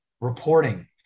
reporting